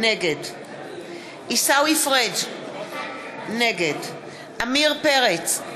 נגד עיסאווי פריג' נגד עמיר פרץ,